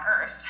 earth